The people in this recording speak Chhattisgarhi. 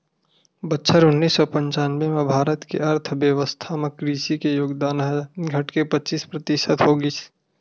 बछर उन्नीस सौ पंचानबे म भारत के अर्थबेवस्था म कृषि के योगदान ह घटके पचीस परतिसत हो गिस